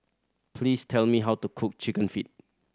please tell me how to cook Chicken Feet